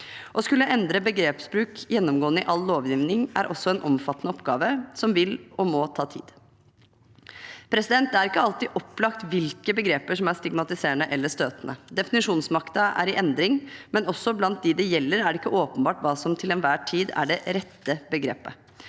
Å skulle endre begrepsbruk gjennomgående i all lovgivning er også en omfattende oppgave som vil og må ta tid. Det er ikke alltid opplagt hvilke begreper som er stigmatiserende eller støtende. Definisjonsmakten er i endring, men også blant dem det gjelder, er det ikke åpenbart hva som til enhver tid er det rette begrepet.